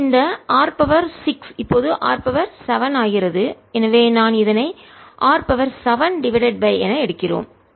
இது இந்த r 6 இப்போது r 7 ஆகிறது எனவே நான் இதனை r 7 டிவைடட் பை என எடுக்கிறோம்